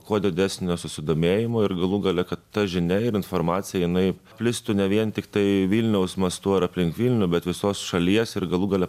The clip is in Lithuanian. kuo didesnio susidomėjimo ir galų gale kad ta žinia ir informacija jinai plistų ne vien tiktai vilniaus mastu ar aplink vilnių bet visos šalies ir galų gale